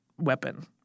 weapon